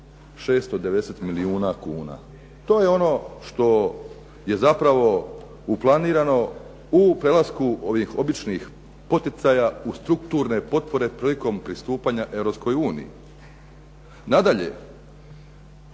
690 milijuna kuna. To je ono što je zapravo u planirano u prelasku ovih običnih poticaja u strukturne potpore prilikom pristupanja Europskoj